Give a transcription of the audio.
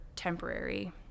temporary